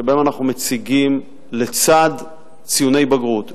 שבהם אנחנו מציגים לצד ציוני בגרות,